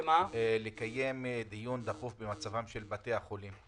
לקיים דיון דחוף בנושא מצב בתי החולים,